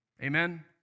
Amen